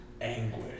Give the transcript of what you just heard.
anguish